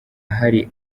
hari